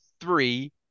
three